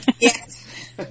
Yes